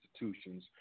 institutions –